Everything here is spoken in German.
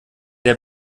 der